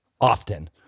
often